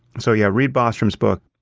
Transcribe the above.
so yeah, read bostrom's book.